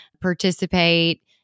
participate